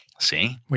See